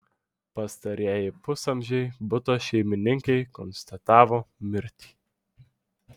pastarieji pusamžei buto šeimininkei konstatavo mirtį